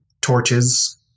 torches